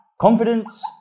confidence